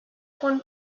corn